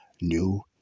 New